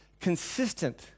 consistent